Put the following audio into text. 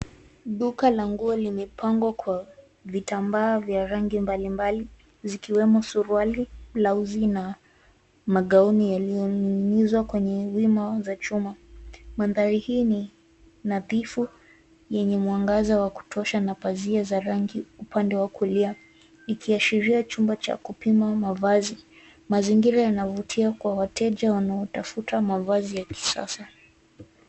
Duka la nguo limepangwa vitambaa vya rangi mbali mbali, zikiwemo suruali, blauzi na magauni yalioning'inizwa kwenye wima za chuma. Mandhari hii ni nadhifu yenye mwangaza wa kutosha na pazia za rangi upande wa kulia. Likiashiria chumba cha kupima mavazi, mazingira ya navutia kwa wateje wanao tafuta mavazi ya kisasa.